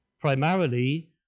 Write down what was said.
Primarily